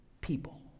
people